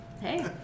Hey